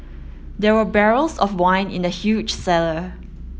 there were barrels of wine in the huge cellar